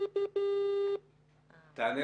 תעלו